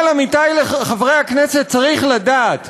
אבל, עמיתי חברי הכנסת, צריך לדעת,